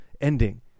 ending